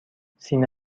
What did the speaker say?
سینه